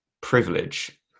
privilege